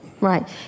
Right